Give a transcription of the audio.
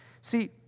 See